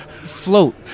Float